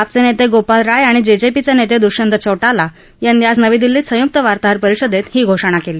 आपचे नेते गोपाल राय आणि जेजेपीचे नेते दुष्यंत चौटाला यांनी आज नवी दिल्लीत संयुक्त वार्ताहर परिषदेत ही घोषणा केली